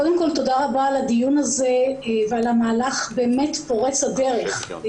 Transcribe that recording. קודם כל תודה רבה על הדיון הזה ועל המהלך באמת פורץ הדרך.